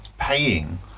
paying